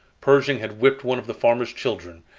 pershing had whipped one of the farmer's children,